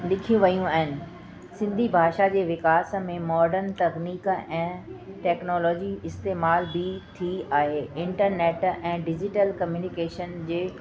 लिखी वेयूं आहिनि सिंधी भाषा जे विकास में मॉडन तकनीक ऐं टेक्नॉलोजी इस्तेमालु बि थी आहे इंटरनेट ऐं डिज़िटल कम्युनिकेशन जे